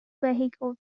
vehicle